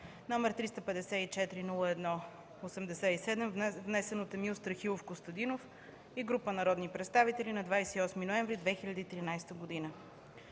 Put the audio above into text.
№ 354-01-87, внесен от Емил Страхилов Костадинов и група народни представители на 28 ноември 2013 г.